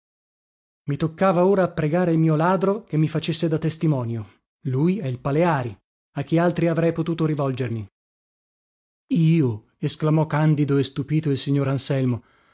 i toccava ora a pregare il mio ladro che mi facesse da testimonio lui e il paleari a chi altri avrei potuto rivolgermi io esclamò candido e stupito il signor anselmo